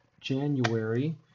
January